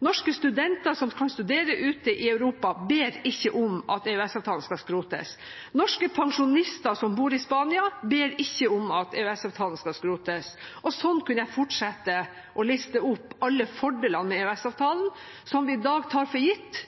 Norske studenter som kan studere ute i Europa, ber ikke om at EØS-avtalen skal skrotes. Norske pensjonister som bor i Spania, ber ikke om at EØS-avtalen skal skrotes. Sånn kunne jeg fortsette å liste opp alle fordelene med EØS-avtalen som vi i dag tar for gitt,